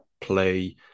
play